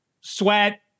sweat